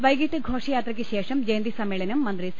വൈകീട്ട് ഘോഷയാത്രയ്ക്ക് ശേഷം ജയ്ന്തി സമ്മേളനം മന്ത്രി സി